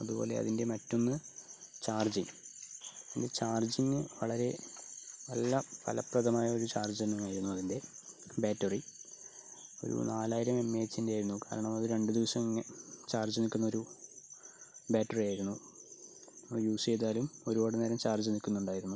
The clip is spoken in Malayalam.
അതു പോലെ അതിൻ്റെ മറ്റൊന്ന് ചാർജിങ് ചാർജിങ് വളരെ നല്ല ഫലപ്രദമായ ഒരു ചാർജിങ്ങായിരുന്നു അതിൻ്റെ ബാറ്ററി ഒരു നാലായിരം എം എ എച്ചിൻ്റെ ആയിരുന്നു കാരണം അത് രണ്ടു ദിവസം എങ്കിലും ചാർജ് നിൽക്കുന്നൊരു ബേറ്ററി ആയിരുന്നു യൂസ് ചെയ്താലും ഒരുപാടു നേരം ചാർജ് നിൽക്കുന്നുണ്ടായിരുന്നു